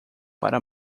para